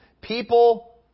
People